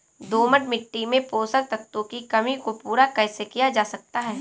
दोमट मिट्टी में पोषक तत्वों की कमी को पूरा कैसे किया जा सकता है?